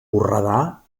borredà